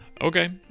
okay